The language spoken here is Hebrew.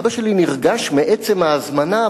אבא שלי נרגש מעצם ההזמנה,